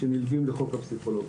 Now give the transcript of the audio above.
שנלווים לחוק הפסיכולוגים.